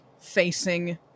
facing